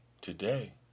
today